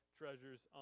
treasures